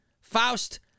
Faust